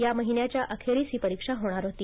या महिन्याच्या अखेरीस ही परीक्षा होणार होती